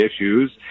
issues